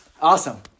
Awesome